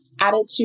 attitude